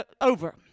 over